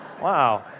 Wow